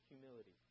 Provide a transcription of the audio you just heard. humility